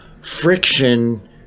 friction